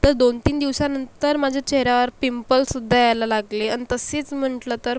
तर दोनतीन दिवसांनंतर माझ्या चेहऱ्यावर पिंपलसुद्धा यायला लागले आणि तसेच म्हंटलं तर